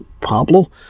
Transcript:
Pablo